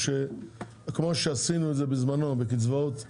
כמו שעשינו את זה בזמנו בקצבאות הנכים,